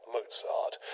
Mozart